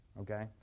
Okay